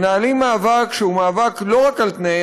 מנהלים מאבק שהוא מאבק לא רק על תנאי